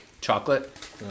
Chocolate